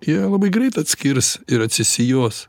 jie labai greit atskirs ir atsisijos